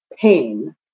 pain